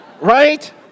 Right